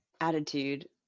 attitude